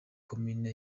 komine